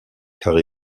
car